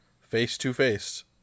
face-to-face